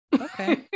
Okay